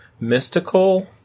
mystical